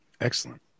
Excellent